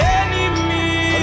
enemy